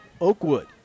Oakwood